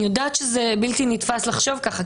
אני יודעת שזה בלתי נתפס לחשוב ככה,